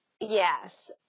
Yes